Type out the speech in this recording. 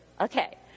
Okay